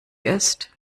ist